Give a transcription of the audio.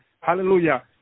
Hallelujah